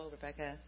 Rebecca